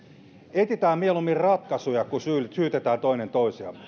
etsitään mieluummin ratkaisuja kuin syytetään toinen toisiamme